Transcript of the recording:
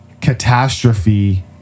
catastrophe